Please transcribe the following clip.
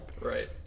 Right